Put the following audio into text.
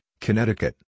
Connecticut